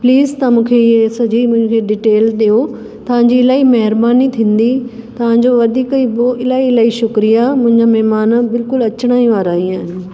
please तव्हां मूंखे इएं सॼी मुंहिंजी डीटेल ॾियो तव्हां जी इलाही महिरबानी थींदी तव्हां जो वधीक ई बो इलाही इलाही शुक्रिया मुंहिंजा महिमान बिल्कुलु अचण ई वारा ई आहिनि